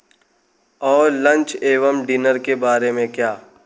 और लंच एवं डिनर के बारे में क्या